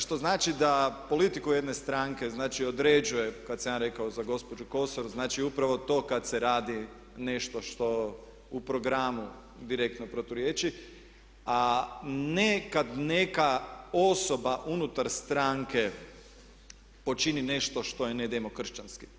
Što znači da politiku jedne stranke znači određuje kad sam ja rekao za gospođu Kosor znači upravo to kad se radi nešto što u programu direktno proturječi, a ne kad neka osoba unutar stranke počini nešto što je ne demokršćanski.